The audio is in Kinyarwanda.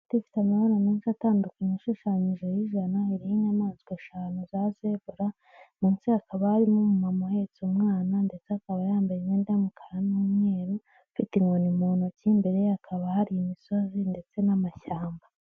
Inoti ifite amabara menshi atandukanye, ashushanyije ijana n'inyamaswa eshanu za zebra, munsi hakaba harimo umumama uhetse umwana ndetse akaba yambaye imyenda y'umukara n'umweru, afite inkoni mu ntoki, imbere ye hakaba hari imisozi ndetse n'amashyamba.